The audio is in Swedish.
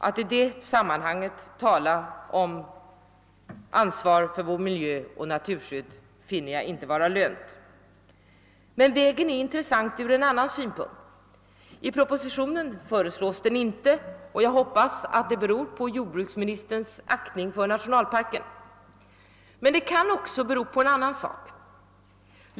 Att i det sammanhanget tala om ansvar för vår miljö och om naturskydd finner jag inte vara lönt. Men denna väg är intressant ur en annan synpunkt. I propositionen föreslås den inte, och jag hoppas att det beror på jordbruksministerns aktning för nationalparken. Det kan emellertid också bero på en annan sak.